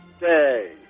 day